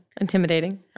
Intimidating